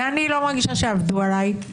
ואני לא מרגישה שעבדו עלי.